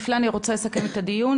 אני רוצה לסכם את הדיון,